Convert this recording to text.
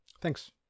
Thanks